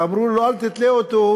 ואמרו לו: אל תתלה אותו,